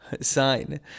sign